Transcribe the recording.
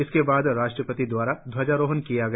इसके बाद राष्ट्रपति दवारा ध्वजारोहण किया गया